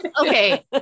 okay